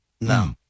No